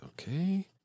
okay